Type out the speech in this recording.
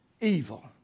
evil